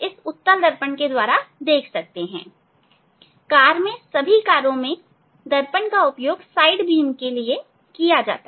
यह उत्तल दर्पण का उपयोग है कार में सभी कारों में दर्पण का उपयोग साइड बीम के लिए किया जाता है